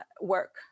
work